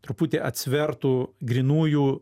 truputį atsvertų grynųjų